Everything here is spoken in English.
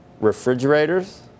refrigerators